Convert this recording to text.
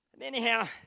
Anyhow